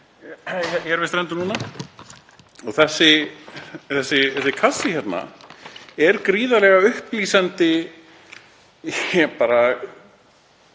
hér við strendur núna. Þessi kassi er gríðarlega upplýsandi gagn